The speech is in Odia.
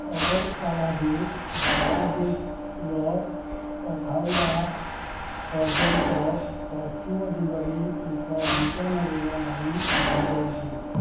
ଅଗରତାଲାରୁ ବାଲାଦେର ଅଖାଉଡ଼ା ପର୍ଯ୍ୟନ୍ତ ପଶ୍ଚିମ ଦିଗରେ ଏକ ନୂତନ ରେଳ ଲାଇନ୍ ବିଛାଯାଇଛି